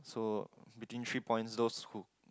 so between three points those who